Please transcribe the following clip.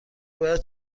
باید